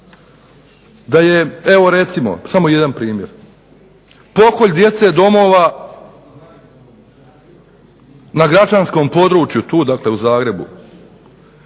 da je evo recimo samo jedan primjer pokolj djece domova na gračanskom području tu dakle u Zagrebu.